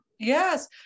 Yes